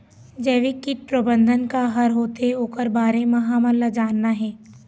जैविक कीट प्रबंधन का हर होथे ओकर बारे मे हमन ला जानना हे?